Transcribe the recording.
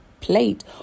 plate